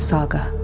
Saga